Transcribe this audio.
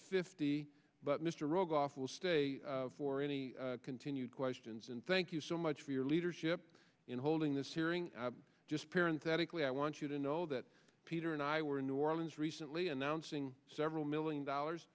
fifty but mr rogoff will stay for any continued questions and thank you so much for your leadership in holding this hearing just parent that equally i want you to know that peter and i were in new orleans recently announcing several million dollars